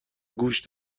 گوش